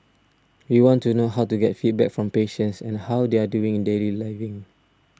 we want to know how to get feedback from patients and how they are doing in daily living